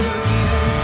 again